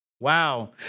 Wow